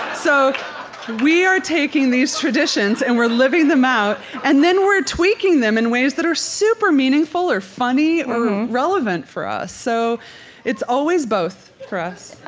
so we are taking these traditions and we're living them out and then we're tweaking them in ways that are super meaningful or funny or relevant for us. so it's always both for us